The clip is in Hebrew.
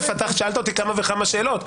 א', שאלת אותי כמה וכמה שאלות.